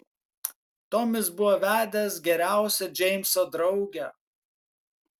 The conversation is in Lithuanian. tomis buvo vedęs geriausią džeimso draugę